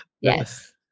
yes